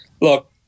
Look